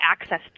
access